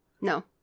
No